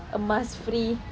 a mask-free